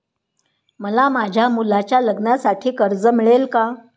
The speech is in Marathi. मला माझ्या मुलाच्या लग्नासाठी कर्ज मिळेल का?